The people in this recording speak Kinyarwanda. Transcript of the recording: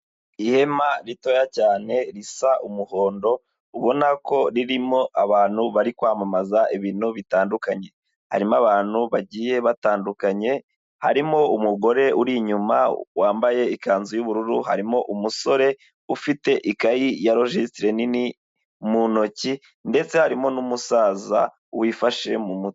Ihema ritoya cyane risa umuhondo, ubona ko ririmo abantu bari kwamamaza ibintu bitandukanye, harimo abantu bagiye batandukanye, harimo umugore uri inyuma wambaye ikanzu y'ubururu, harimo umusore ufite ikayi ya rogisitire nini mu ntoki ndetse harimo n'umusaza wifashe mu mutwe.